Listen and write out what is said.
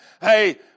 Hey